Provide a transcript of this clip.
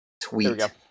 tweet